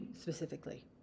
specifically